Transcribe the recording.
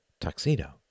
tuxedo